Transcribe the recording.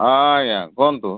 ହଁ ଆଜ୍ଞା କୁହନ୍ତୁ